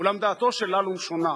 אולם דעתו של ללום שונה.